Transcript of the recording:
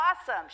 awesome